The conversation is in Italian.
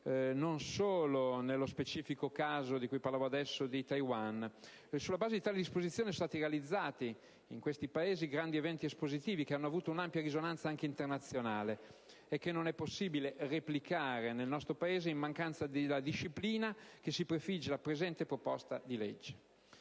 non solo nello specifico caso di Taiwan. Sulla base di tali disposizioni sono stati realizzati, nei citati Paesi, grandi eventi espositivi, che hanno avuto un'ampia risonanza anche internazionale, e che non è possibile replicare nel nostro Paese in mancanza della disciplina che si prefigge di introdurre il